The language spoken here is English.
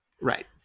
Right